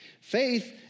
Faith